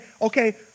okay